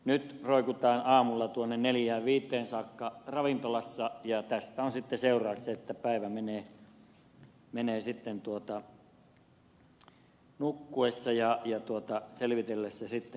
nyt roikutaan aamulla tuonne neljään viiteen saakka ravintolassa ja tästä on sitten seurauksena se että päivä menee sitten nukkuessa ja selvitellessä sitä omaa tilaansa